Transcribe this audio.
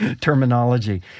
terminology